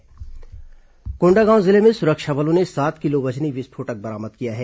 विस्फोटक बरामद कोंडागांव जिले में सुरक्षा बलों ने सात किलो वजनी विस्फोटक बरामद किया है